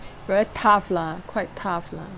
very tough lah quite tough lah